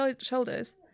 shoulders